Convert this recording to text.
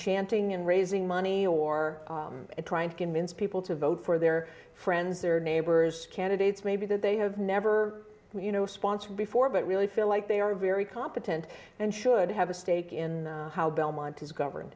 chanting and raising money or trying to convince people to vote for their friends their neighbors candidates maybe that they have never you know sponsored before but really feel like they are very competent and should have a stake in how belmont is govern